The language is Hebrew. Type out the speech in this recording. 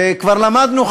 כבר למדנו,